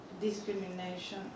discrimination